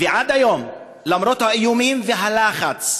ועד היום, למרות האיומים והלחץ,